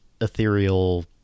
ethereal